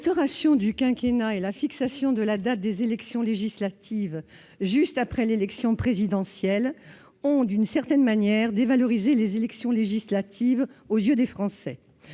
L'instauration du quinquennat et la fixation de la date des élections législatives juste après l'élection présidentielle ont, d'une certaine manière, dévalorisé les élections législatives aux yeux des Français.